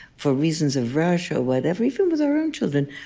for reasons of rush or whatever, even with our own children,